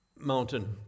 mountain